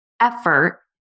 effort